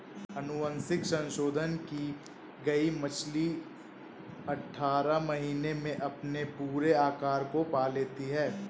अनुवांशिक संशोधन की गई मछली अठारह महीने में अपने पूरे आकार को पा लेती है